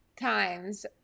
times